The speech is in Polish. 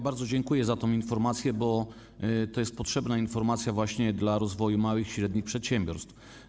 Bardzo dziękuję za tę informację, bo to jest potrzebna informacja, jeśli chodzi właśnie o rozwój małych i średnich przedsiębiorstw.